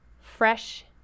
fresh